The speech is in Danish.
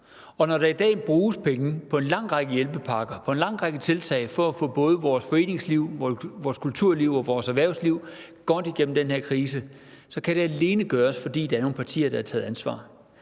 og når der i dag bruges penge på en lang række hjælpepakker, på en lang række tiltag for at få både vores foreningsliv, vores kulturliv og vores erhvervsliv godt igennem den her krise, så kan det alene gøres, fordi der er nogle partier, der har taget ansvar.